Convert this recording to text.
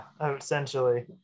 essentially